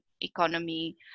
economy